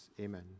Amen